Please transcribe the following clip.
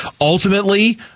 Ultimately